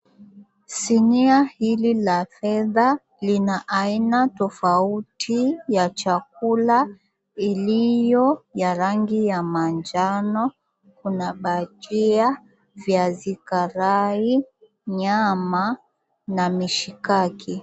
Sinia hili la fedha lina aina tofauti ya chakula iliyo ya rangi ya manjano. Kuna bajia, viazi karai, nyama na mishikaki.